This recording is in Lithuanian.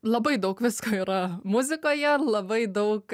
labai daug visko yra muzikoje labai daug